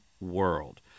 World